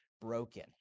Broken